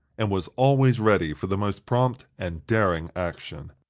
and was always ready for the most prompt and daring action.